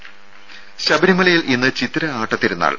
രും ശബരിമലയിൽ ഇന്ന് ചിത്തിര ആട്ട തിരുനാൾ